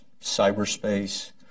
cyberspace